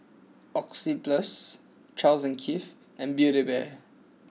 Oxyplus Charles N Keith and Build A Bear